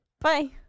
Bye